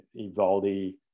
Ivaldi